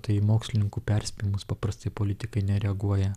tai mokslininkų perspėjimus paprastai politikai nereaguoja